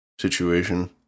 situation